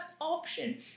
option